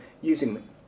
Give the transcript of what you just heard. using